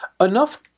enough